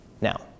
Now